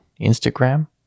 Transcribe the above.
Instagram